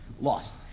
lost